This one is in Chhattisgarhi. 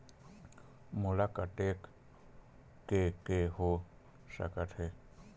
मोला कतेक के के हो सकत हे?